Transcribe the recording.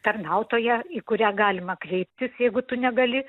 tarnautoja į kurią galima kreiptis jeigu tu negali